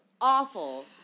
awful